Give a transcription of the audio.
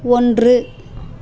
ஒன்று